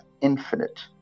infinite